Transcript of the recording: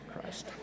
Christ